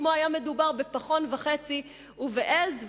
כמו היה מדובר בפחון וחצי ובעז ובאוהל.